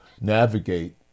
navigate